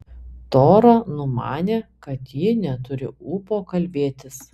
tora numanė kad ji neturi ūpo kalbėtis